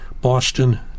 Boston